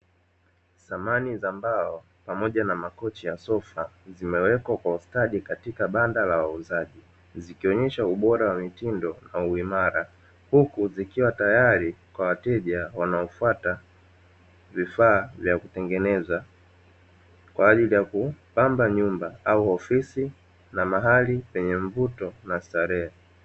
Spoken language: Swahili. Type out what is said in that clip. Samani za mbao pamoja na makochi ya sofa zimewekwa kwa ustadi katika banda la wauzaji, zikionyesha ubora wa mitindo na uimara, huku zikiwa tayari kwa wateja wanaofata vifaa vya kutengeneza kwa ajili ya kupamba nyumba au ofisi na mahali penye mvuto na starehe.